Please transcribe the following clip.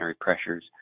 pressures